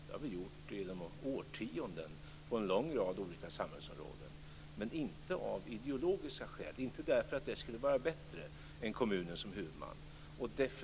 Det har vi gjort under årtionden på en lång rad olika samhällsområden - men inte av ideologiska skäl, inte därför att det skulle vara bättre än med kommunen som huvudman.